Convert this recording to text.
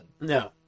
No